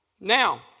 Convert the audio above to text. Now